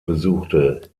besuchte